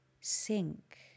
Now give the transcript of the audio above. sink